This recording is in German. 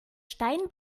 stein